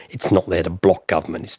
it's not there to block government,